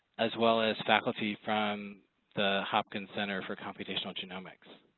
as well as faculty from the hopkins center for computational genomics.